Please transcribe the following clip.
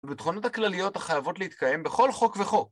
לביטחונות הכלליות החייבות להתקיים בכל חוק וחוק